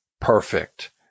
perfect